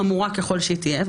חמורה ככול שתהיה,